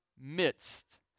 midst